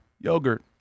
yogurt